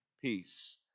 peace